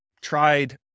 tried